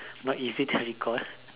not easy to recall